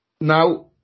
Now